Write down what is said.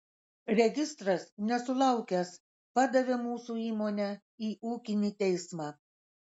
registras nesulaukęs padavė mūsų įmonę į ūkinį teismą